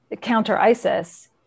counter-ISIS